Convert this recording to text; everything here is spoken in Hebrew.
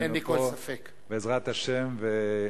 בעזרת השם.